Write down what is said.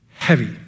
heavy